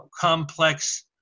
complex